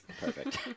Perfect